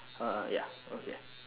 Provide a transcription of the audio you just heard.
uh ya okay